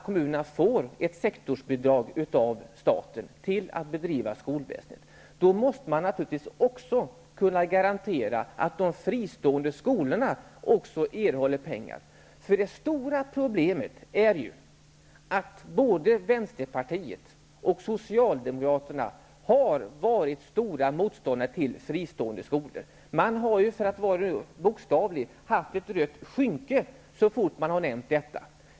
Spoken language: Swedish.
Kommunerna får ett sektorsbidrag från staten för att bedriva sin skolverksamhet. Då måste man naturligtvis kunna garantera att också de fristående skolorna erhåller pengar. Det stora problemet är ju att både Vänsterpartiet och Socialdemokraterna har varit stora motståndare till fristående skolor. Att nämna dem har bokstavligen varit som att visa upp ett rött skynke.